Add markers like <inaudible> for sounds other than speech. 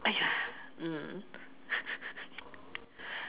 !aiya! mm <laughs>